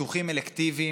ניתוחים אלקטיביים,